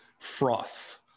froth